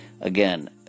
again